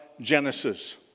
Genesis